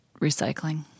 recycling